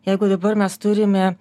jeigu dabar mes turime